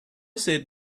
said